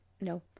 No